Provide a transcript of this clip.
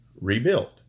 rebuilt